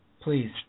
Please